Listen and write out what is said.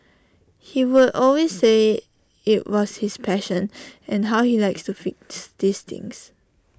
he would always say IT was his passion and how he liked to fix these things